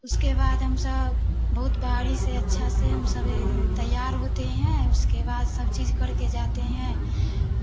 उसके बाद हम सब बहुत भारी से अच्छा से हम सबेरे तैयार होते हैं उसके बाद सब चीज़ करके के जाते हैं